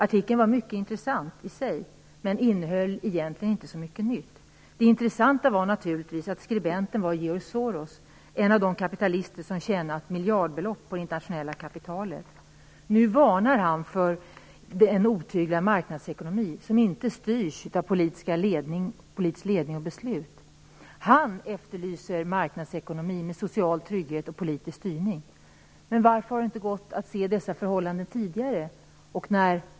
Artikeln var mycket intressant i sig, men innehöll egentligen inte så mycket nytt. Det intressanta var naturligtvis att skribenten var George Soros - en av de kapitalister som har tjänat miljardbelopp på det internationella kapitalet. Nu varnar han för en otyglad marknadsekonomi som inte styrs av politisk ledning och politiska beslut. Han efterlyser marknadsekonomi med social trygghet och politisk styrning. Men varför har det inte gått att se dessa förhållanden tidigare?